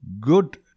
good